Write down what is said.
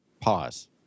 Pause